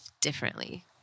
differently